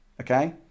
Okay